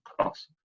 class